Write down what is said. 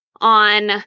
on